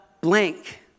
blank